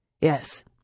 Yes